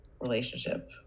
relationship